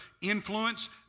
influence